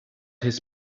his